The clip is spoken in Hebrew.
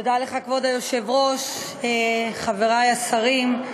תודה לך, חברי השרים,